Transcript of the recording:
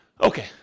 Okay